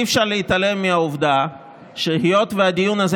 אי-אפשר להתעלם מהעובדה שהיות שהדיון הזה